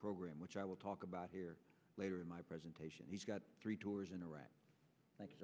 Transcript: program which i will talk about here later in my presentation he's got three tours in iraq thank